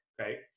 okay